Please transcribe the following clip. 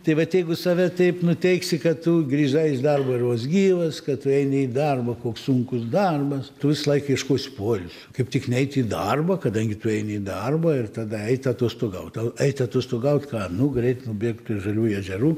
tai vat jeigu save taip nuteiksi kad tu grįžai iš darbo ir vos gyvas kad tu eini į darbą koks sunkus darbas tu visąlaik ieškosi poils kaip tik neit į darbą kadangi tu eini į darbą ir tada eit atostogaut tau eit atostogaut ką nu greit nubėgt prie žaliųjų ežerų